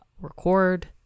record